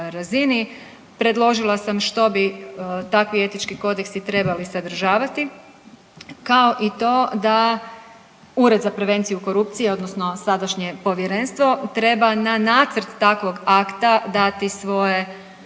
Predložila sam što bi takvi etički kodeksi trebali sadržavati kao i to da Ured za prevenciju korupcije odnosno sadašnje povjerenstvo treba na nacrt takvog akta dati svoje